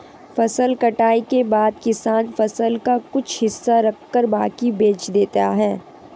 फसल कटाई के बाद किसान फसल का कुछ हिस्सा रखकर बाकी बेच देता है